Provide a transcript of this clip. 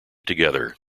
together